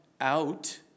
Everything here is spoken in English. out